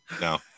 No